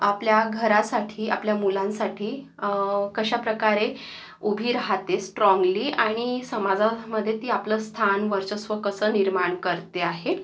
आपल्या घरासाठी आपल्या मुलांसाठी कशा प्रकारे उभी राहाते स्ट्राँगली आणि समाजामध्ये ती आपलं स्थान वर्चस्व कसं निर्माण करते आहे